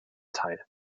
teil